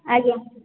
ଆଜ୍ଞା